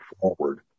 forward